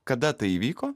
kada tai įvyko